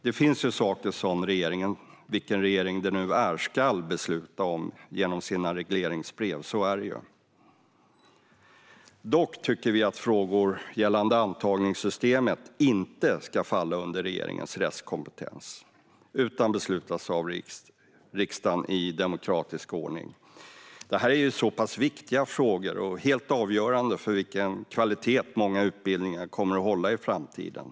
Det finns saker som regeringen - vilken regering det nu är - ska besluta om genom sina regleringsbrev; så är det ju. Dock tycker vi att frågor gällande antagningssystemet inte ska falla under regeringens rättskompetens utan beslutas av riksdagen i demokratisk ordning. Dessa frågor är mycket viktiga, och de är helt avgörande för vilken kvalitet många utbildningar kommer att hålla i framtiden.